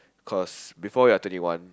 cause before you're twenty one